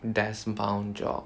desk bound job